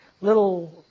little